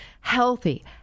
Healthy